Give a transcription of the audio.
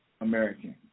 American